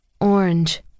Orange